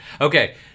Okay